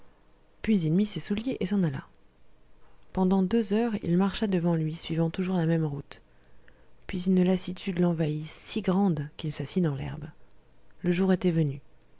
il mit ses souliers et s'en alla pendant deux heures il marcha devant lui suivant toujours la même route puis une lassitude l'envahit si grande qu'il s'assit dans l'herbe le jour était venu